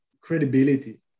credibility